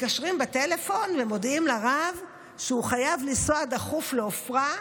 מתקשרים בטלפון ומודיעים לרב שהוא חייב לנסוע דחוף לעפרה,